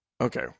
Okay